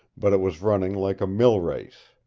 but it was running like a mill-race.